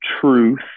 truth